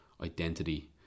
identity